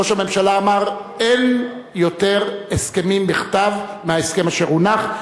ראש הממשלה אמר: אין יותר הסכמים בכתב מההסכם אשר הונח,